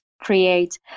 Create